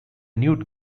nude